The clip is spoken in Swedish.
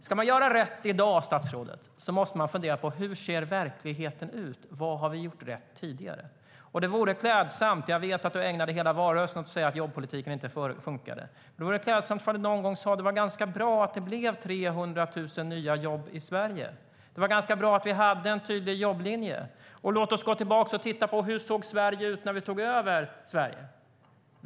Ska man göra rätt i dag, statsrådet, måste man fundera på hur verkligheten ser ut. Vad har vi gjort rätt tidigare? Jag vet att du ägnade hela valrörelsen åt att säga att jobbpolitiken inte funkade, men det vore klädsamt ifall du någon gång sa: Det var ganska bra att det blev 300 000 nya jobb i Sverige. Det var ganska bra att vi hade en tydlig jobblinje. Låt oss gå tillbaka och titta på hur Sverige såg ut när vi tog över.